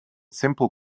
simple